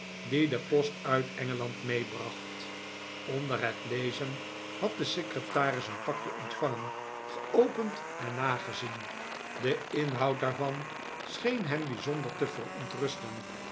de post uit engeland meebracht onder het lezen had de secretaris een pakje ontvangen geopend en nagezien de inhoud daarvan scheen hem bijzonder te verontrusten